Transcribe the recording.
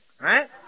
right